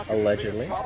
Allegedly